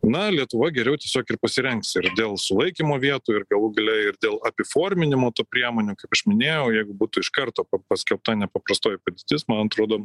na lietuva geriau tiesiog ir pasirengs ir dėl sulaikymo vietų ir galų gale ir dėl apiforminimo tų priemonių kaip aš minėjau jeigu būtų iš karto pa paskelbta nepaprastoji padėtis man atrodo